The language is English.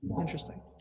Interesting